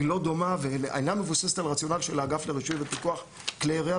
היא לא דומה ואינה מבוססת על הרציונל של האגף לרישוי ופיקוח כלי ירייה.